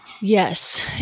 Yes